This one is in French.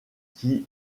qui